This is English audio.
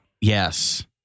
Yes